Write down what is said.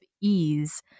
ease